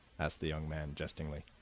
asked the young man jestingly.